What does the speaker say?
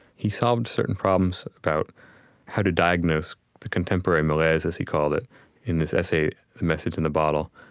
he solved certain problems about how to diagnose the contemporary malaise, as he called it in this essay, the message in the bottle,